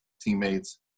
teammates